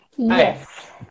Yes